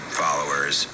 followers